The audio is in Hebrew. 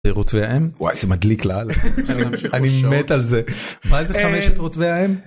רטבי האם, וואי זה מדליק לאללה, אני מת על זה. מה זה חמשת רטבי האם?